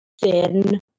thin